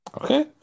Okay